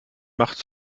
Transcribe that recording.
macht